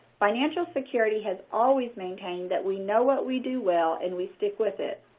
financial security has always maintained that we know what we do well and we stick with it.